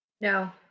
No